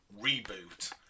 reboot